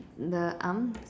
the arm